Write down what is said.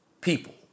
people